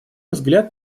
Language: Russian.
взгляд